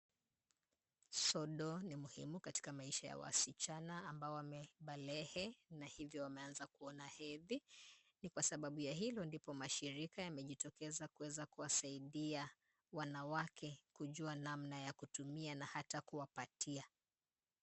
Sodo ni muhimu katika wasichana ambayo wamebaleghe na hivyo wameanza kuona na hedhi, ni kwa sababu ya hilo ndipo mashirika yamejitokeza kuweza kuwasadia wanawake kujua namna ya kutumia hata kuwapatia.